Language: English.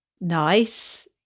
nice